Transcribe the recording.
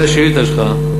לגבי השאילתה שלך,